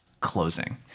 closing